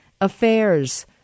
affairs